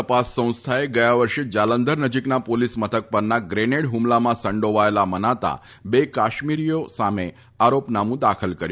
તપાસ સંસ્થાએ ગયા વર્ષે જાલંધર નજીકના પોલીસ મથક પરના ગ્રેનેડ હુમલામાં સંડોવાયેલા મનાતા બે કાશ્મીરીઓ સામે આરોપનામું દાખલ કર્યું છે